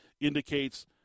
indicates